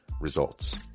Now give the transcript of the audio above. Results